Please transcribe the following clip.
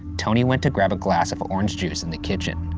tony went to grab a glass of orange juice in the kitchen.